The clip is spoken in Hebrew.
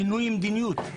שינוי מדיניות,